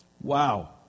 wow